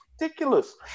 ridiculous